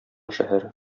шәһәре